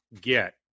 get